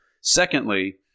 secondly